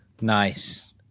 Nice